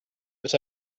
but